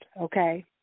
okay